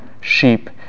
sheep